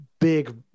big